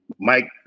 Mike